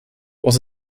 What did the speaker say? was